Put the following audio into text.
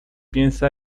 piensa